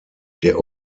der